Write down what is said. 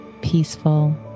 peaceful